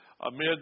amid